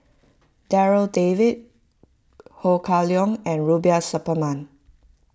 Darryl David Ho Kah Leong and Rubiah Suparman